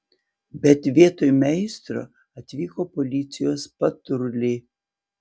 bet vietoj meistro atvyko policijos patruliai